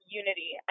unity